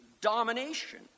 domination